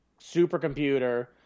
supercomputer